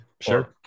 sure